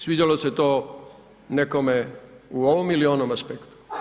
Sviđalo se to nekome u ovom ili onom aspektu.